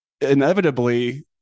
Inevitably